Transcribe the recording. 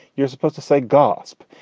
you're supposed to say gasp.